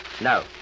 No